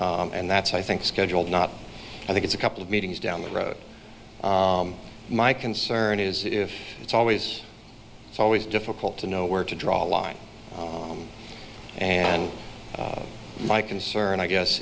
while and that's i think scheduled not i think it's a couple of meetings down the road my concern is if it's always it's always difficult to know where to draw a line and my concern i guess